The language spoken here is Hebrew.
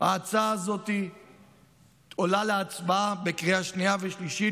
ההצעה הזאת עולה להצבעה בקריאה שנייה ושלישית,